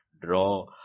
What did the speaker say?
draw